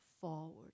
forward